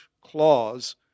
clause